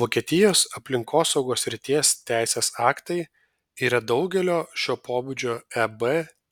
vokietijos aplinkosaugos srities teisės aktai yra daugelio šio pobūdžio eb